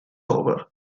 over